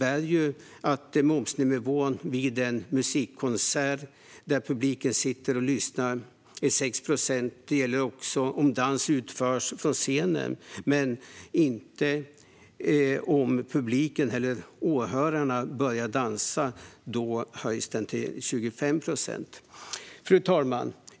Momsnivån för en musikkonsert där publiken sitter och lyssnar är 6 procent. Det gäller även om dans utförs på scenen. Men om publiken eller åhörarna börjar dansa höjs momsen till 25 procent. Fru talman!